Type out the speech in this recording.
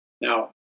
Now